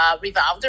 revolved